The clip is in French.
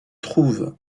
trouve